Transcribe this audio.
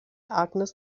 agnes